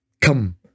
come